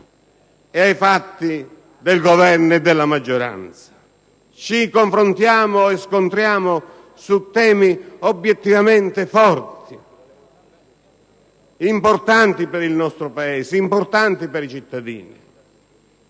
e ai fatti del Governo e della maggioranza. Ci confrontiamo e scontriamo su temi obiettivamente forti, importanti per il nostro Paese e per i cittadini.